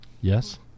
Yes